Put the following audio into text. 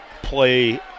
Play